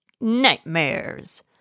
nightmares